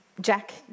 Jack